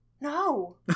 No